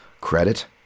credit